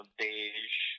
beige